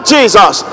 Jesus